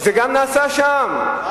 זה גם נעשה שם.